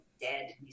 dead